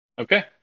Okay